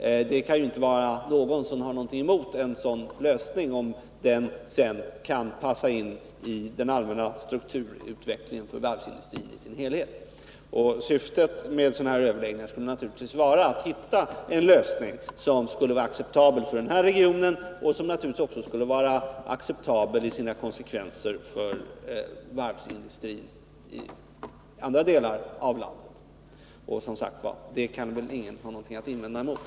Ingen kan ju ha någonting emot en sådan lösning, om den sedan kan passa in i den allmänna strukturutvecklingen för varvsindustrin i dess helhet. Syftet med sådana överläggningar skulle naturligtvis vara att hitta en lösning som är acceptabel för den här regionen och naturligtvis också i sina konsekvenser för varvsindustrin i andra delar av landet. Som sagt, det kan väl ingen ha någonting att invända emot.